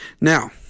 Now